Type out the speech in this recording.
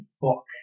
book